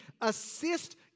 assist